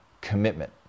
commitment